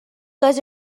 les